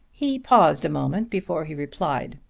he paused a moment before he replied.